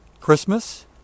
Christmas